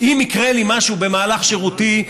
אם יקרה לי משהו במהלך שירותי,